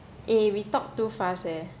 eh we talked too fast eh